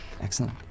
Excellent